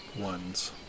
ones